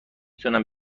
تونم